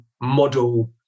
model